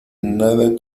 nada